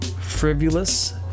frivolous